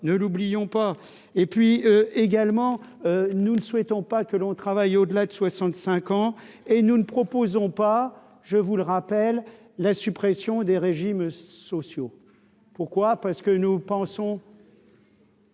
ne l'oublions pas, et puis également, nous ne souhaitons pas que l'on travaille au-delà de 65 ans, et nous ne proposons pas, je vous le rappelle, la suppression des régimes sociaux, pourquoi, parce que nous pensons.